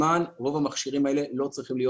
רוב המכשירים האלה מזמן לא צריכים להיות,